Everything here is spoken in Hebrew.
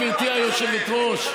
גברתי היושבת-ראש,